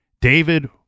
David